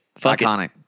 Iconic